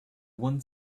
one